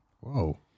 Whoa